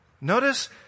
Notice